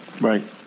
Right